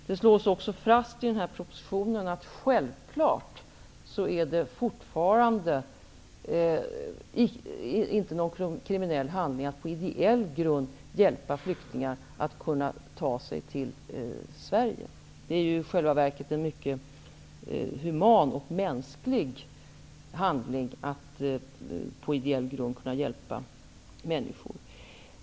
Det slås också fast i propositionen att det självklart fortfarande inte är någon kriminell handling att på ideell grund hjälpa flyktingar att ta sig till Sverige. Det är i själva verket en mycket human handling att på ideell grund hjälpa människor.